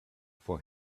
for